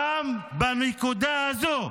גם בנקודה הזו.